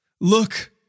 Look